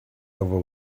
over